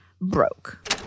broke